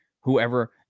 whoever